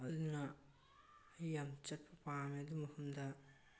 ꯑꯗꯨꯅ ꯑꯩ ꯌꯥꯝ ꯆꯠꯄ ꯄꯥꯝꯃꯦ ꯑꯗꯨ ꯃꯐꯝꯗ